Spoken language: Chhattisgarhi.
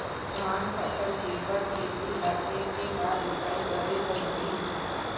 धान फसल के बर खेत ला के के बार जोताई करे बर लगही?